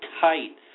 tight